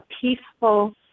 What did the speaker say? peaceful